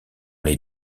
les